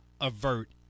avert